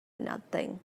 nothing